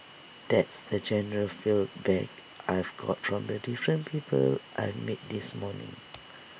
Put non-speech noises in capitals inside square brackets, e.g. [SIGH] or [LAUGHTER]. that's the general feel back I've got from the different people I've met this morning [NOISE]